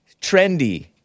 Trendy